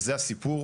וזה הסיפור,